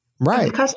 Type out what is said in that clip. Right